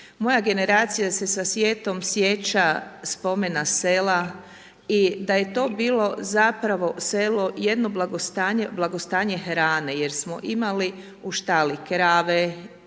Moja generacija se sa sjetom sjeća spomena sela i da je to bilo zapravo selo jedno blagostanje hrane jer smo imali u štali krave